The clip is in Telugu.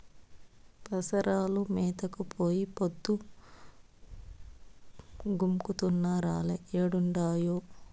పసరాలు మేతకు పోయి పొద్దు గుంకుతున్నా రాలే ఏడుండాయో